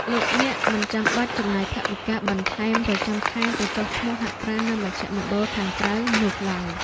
លោកអ្នកមិនចាំបាច់ចំណាយថវិកាបន្ថែមប្រចាំខែទៅចុះឈ្មោះហាត់ប្រាណនៅមជ្ឈមណ្ឌលខាងក្រៅនោះឡើយ។